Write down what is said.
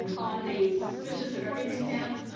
um on the suspicious of everything camp,